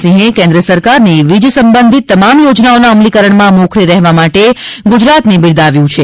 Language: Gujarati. સિંહે કેન્દ્ર સરકારની વીજ સંબધિત તમામ યોજનાઓના અમલીકરણમાં મોખરે રહેવા માટે ગુજરાતને બિરદાવ્યુ છે